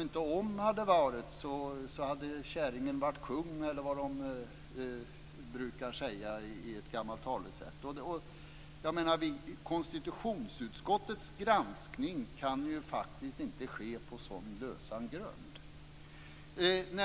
inte om hade varit, så hade käringen varit kung, eller vad man brukar säga i ett gammalt talesätt. Konstitutionsutskottets granskning kan faktiskt inte ske på sådan lösan grund.